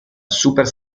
super